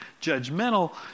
judgmental